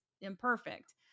imperfect